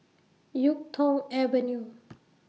Yuk Tong Avenue